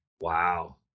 Wow